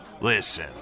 Listen